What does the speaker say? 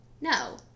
no